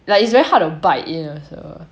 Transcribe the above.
like it's very hard to bite in also